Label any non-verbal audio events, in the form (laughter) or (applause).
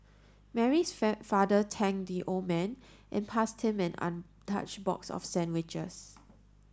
Mary's (unintelligible) father thanked the old man and passed him an untouched box of sandwiches